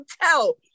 tell